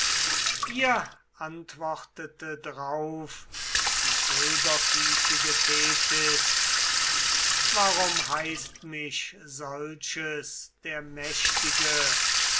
ihr antwortete drauf die silberfüßigen thetis warum heißt mich solches der mächtige